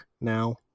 now